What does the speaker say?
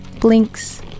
blinks